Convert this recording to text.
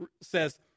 says